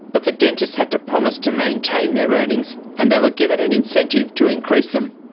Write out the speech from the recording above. but the dentists had to promise to maintain their earnings, and they were given an incentive to increase them.